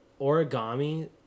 origami